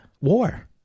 war